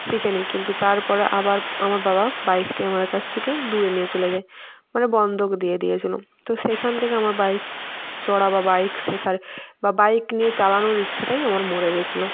শিখে নিই কিন্তু তারপরে আবার আমার বাবা বাইকটি আমাদের কাছ থেকে দূরে নিয়ে চলে যায় মানে বন্ধক দিয়ে দিয়েছিল তো সেইখান থেকে আমার বাইক চড়া বা বাইক শেখার বা বাইক নিয়ে চালানোর ইচ্ছেটাই আমার মরে গিয়েছিল